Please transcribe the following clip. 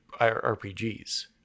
RPGs